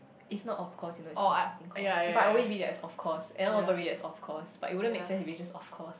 it's not of course you know it's of fucking course if I always read it that as of course and everyone also read that as of course but it wouldn't make sense if it's just of course